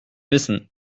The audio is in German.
wissen